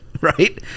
right